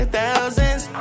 thousands